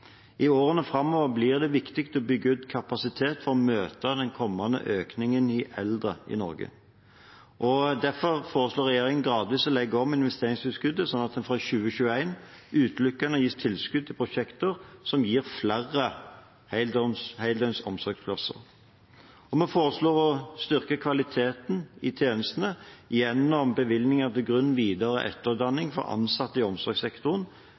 I årene framover blir det viktig å bygge ut kapasitet for å møte den kommende økningen i antall eldre i Norge. Derfor foreslår regjeringen gradvis å legge om investeringstilskuddet, slik at det fra 2021 utelukkende gis tilskudd til prosjekter som gir flere heldøgns omsorgsplasser. Vi foreslår å styrke kvaliteten i tjenestene gjennom bevilgninger til grunn-, videre- og etterutdanning for ansatte i omsorgssektoren